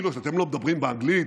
כאילו שאתם לא מדברים באנגלית,